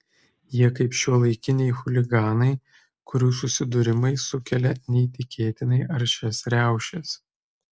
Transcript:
jie kaip šiuolaikiniai chuliganai kurių susidūrimai sukelia neįtikėtinai aršias riaušes